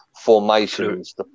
formations